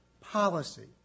Policy